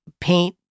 paint